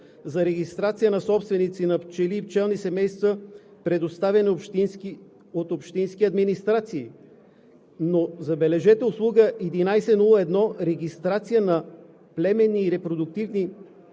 за регистрация на собственици на пчели и пчелни семейства, предоставена от общински администрации. Но забележете, Услуга 1101 – „Регистрация на племенни и репродуктивни